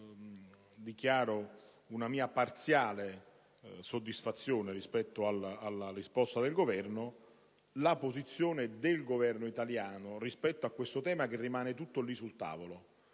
dichiaro una mia parziale soddisfazione rispetto alla risposta del Governo, qual è la posizione del Governo italiano rispetto al tema che resta sul tavolo.